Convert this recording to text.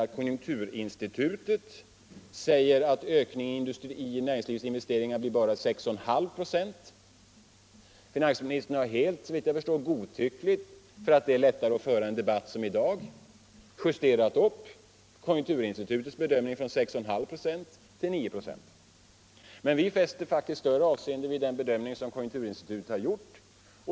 Men konjunkturinstitutet anser att industriinvesteringar bara kommer att öka med 6,5 96. Finansministern har, såvitt jag förstår, helt godtyckligt — för att det då blir lättare att föra en debatt som dagens — justerat upp konjunkturinstitutets bedömning från 6,5 till 9 96. Men vi fäster faktiskt större avseende vid den bedömning konjunkturinstitutet gjort.